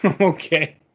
Okay